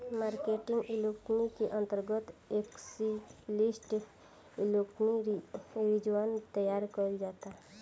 marketing liquidity के अंतर्गत explicit liquidity reserve तैयार कईल जाता